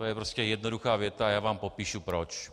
To je prostě jednoduchá věta a já vám popíšu proč.